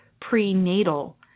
prenatal